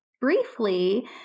briefly